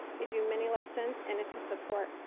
they do mini lessons and it's a support.